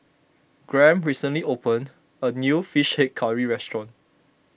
Graham recently opened a new Fish Head Curry restaurant